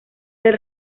del